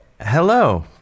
Hello